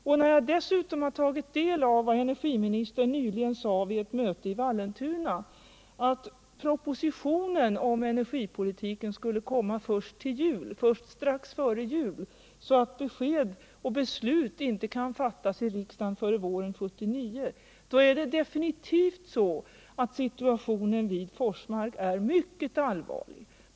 Och när jag dessutom tagit del av vad energiministern nyligen sade vid ett möte i Vallentuna, nämligen att propositionen om energipolitiken skall komma först strax före jul, så att beslut inte kan fattas i riksdagen före våren 1979, är det definitivt så att situationen vid Forsmark är mycket allvarlig.